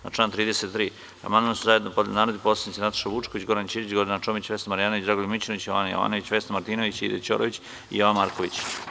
Na član 33. amandman su zajedno podneli narodni poslanici Nataša Vučković, Goran Ćirić, Gordana Čomić, Vesna Marjanović, Dragoljub Mićunović, Jovana Jovanović, Vesna Martinović, Aida Ćorović i Jovan Marković.